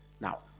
Now